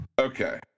Okay